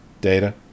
Data